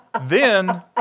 then-